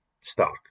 stock